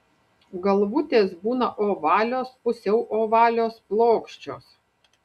galvutės būna ovalios pusiau ovalios plokščios